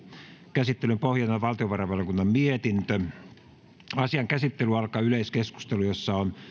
käsittelyn pohjana on valtiovarainvaliokunnan mietintö viisi asian käsittely alkaa yleiskeskustelulla jossa on